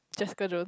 Jessica-Jone